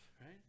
right